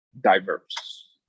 diverse